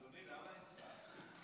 אדוני, למה אין שר?